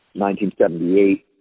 1978